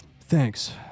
Thanks